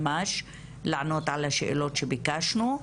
ממש לענות על השאלות שביקשנו.